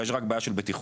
יש רק בעיה של בטיחות.